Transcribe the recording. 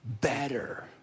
better